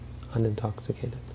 unintoxicated